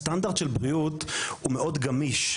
סטנדרט של בריאות הוא מאוד גמיש,